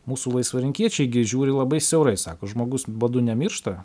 mūsų laisvarinkiečiai gi žiūri labai siaurai sako žmogus badu nemiršta